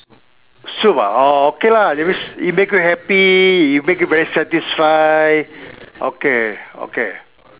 soup ah oh okay lah that means it make you happy it make you very satisfied okay okay